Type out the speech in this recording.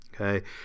okay